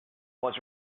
was